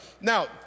Now